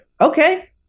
okay